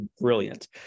brilliant